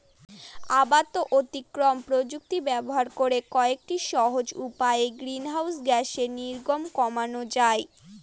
অবাত আত্তীকরন প্রযুক্তি ব্যবহার করে কয়েকটি সহজ উপায়ে গ্রিনহাউস গ্যাসের নির্গমন কমানো যায়